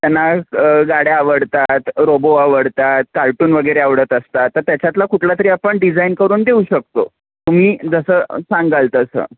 त्यांना गाड्या आवडतात रोबो आवडतात कार्टून वगैरे आवडत असतात तर त्याच्यातलं कुठला तरी आपण डिझाईन करून देऊ शकतो तुम्ही जसं सांगाल तसं